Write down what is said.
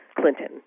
Clinton